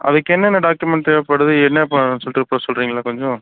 அதுக்கு என்ன என்ன டாக்குமெண்ட் தேவைப்படுது என்ன பண்ணணும்னு சொல்லிட்டு இப்போ சொல்கிறிங்களா கொஞ்சம்